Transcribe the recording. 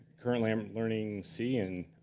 currently, i'm learning c, and